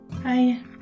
Hi